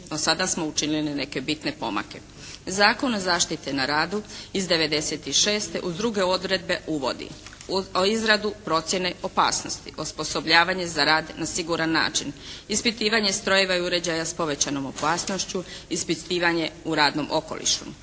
No, sada smo učinili neke bitne pomake. Zakon o zaštiti na radu iz '96. uz druge odredbe uvodi: Izradu procjene opasnosti, osposobljavanje za rad na siguran način, ispitivanje strojeva i uređaja s povećanom opasnošću, ispitivanje u radnom okolišu,